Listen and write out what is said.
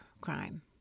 crime